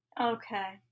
okay